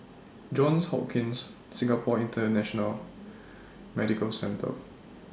Johns Hopkins Singapore International Medical Centre